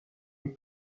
les